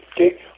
okay